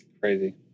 crazy